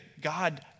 God